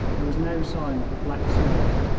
there was no sign of the black swan.